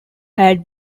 had